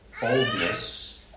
boldness